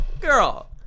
girl